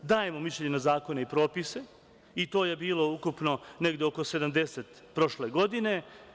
Dajemo mišljenja na zakone i propise i to je bilo ukupno negde oko 70 prošle godine.